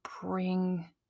bring